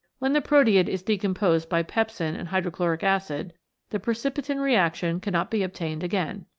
when the proteid is decomposed by pepsin and hydrochloric acid the precipitin reaction cannot be obtained again.